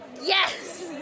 Yes